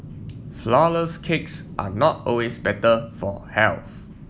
flourless cakes are not always better for health